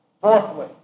Fourthly